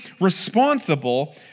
responsible